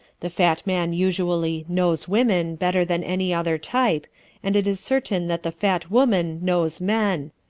the fat man usually knows women better than any other type and it is certain that the fat woman knows men.